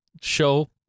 show